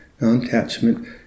non-attachment